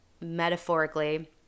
metaphorically